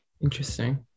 interesting